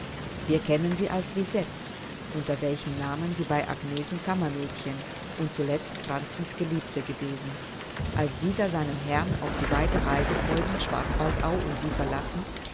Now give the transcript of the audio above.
wir kennen sie als lisette unter welchem namen sie bei agnesen kammermädchen und zuletzt franzens geliebte gewesen als dieser seinem herrn auf die weite reise folgend schwarzwaldau und sie verlassen